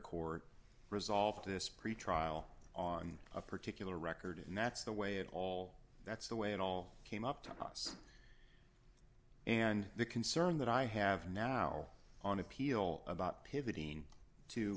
court resolved this pretrial on a particular record and that's the way it all that's the way it all came up to us and the concern that i have now on appeal about pivot